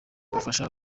bafashe